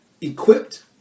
equipped